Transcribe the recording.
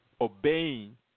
obeying